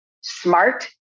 smart